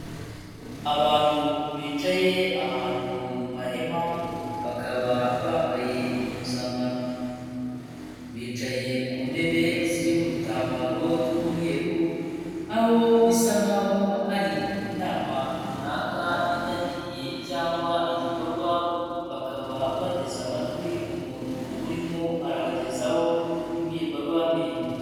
Abantu bicaye ahantu mu mahema, bakaba bambaye impuzankano. Bicaye ku ntebe ziriho udutambaro tw'umweru, aho bisa nk'aho hari inama runaka bitabiriye cyangwa igikorwa, bakaba bateze amatwi umuntu urimo arabagezaho imbwirwaruhame.